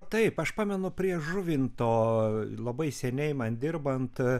taip aš pamenu prie žuvinto labai seniai man dirbant